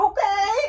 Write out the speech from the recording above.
Okay